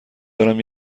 دارم